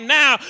now